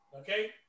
okay